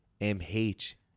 M-H